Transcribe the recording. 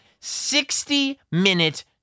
60-minute